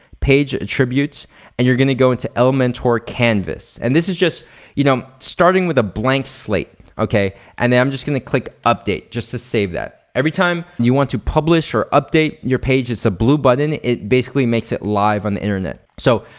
page attributes and you're gonna go into elementor canvas. and this is just you know starting with a blank slate, okay? and then i'm just gonna click update just to save that. every time you want to publish or update your page there's a blue button, it basically makes it live on the internet. so,